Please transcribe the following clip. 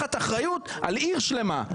לוקחת אחריות על עיר שלמה".